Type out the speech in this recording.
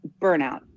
burnout